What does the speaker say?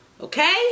Okay